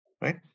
right